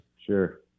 Sure